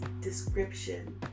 description